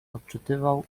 odczytywał